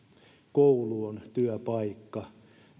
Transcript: koulu on työpaikka